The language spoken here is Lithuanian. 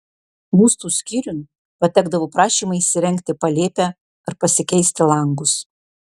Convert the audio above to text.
būstų skyriun patekdavo prašymai įsirengti palėpę ar pasikeisti langus